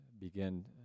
begin